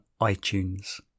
iTunes